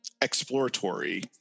exploratory